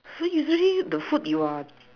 so usually the food you are